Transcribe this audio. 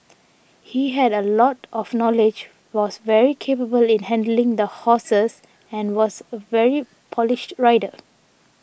he had a lot of knowledge was very capable in handling the horses and was a very polished rider